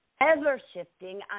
ever-shifting